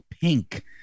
pink